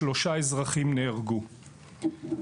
3 אזרחים נהרגו.